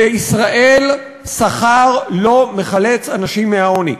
בישראל שכר לא מחלץ אנשים מהעוני,